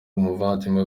umuvandimwe